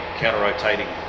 counter-rotating